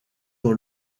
dans